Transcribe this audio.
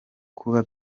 kuba